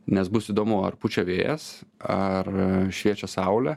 nes bus įdomu ar pučia vėjas ar šviečia saulė